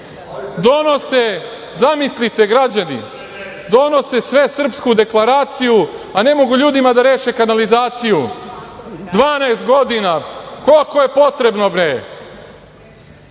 najosnovnije? Zamislite, građani, donose Svesrpsku deklaraciju, a ne mogu ljudima da reše kanalizaciju 12 godina! Koliko je potrebno, bre?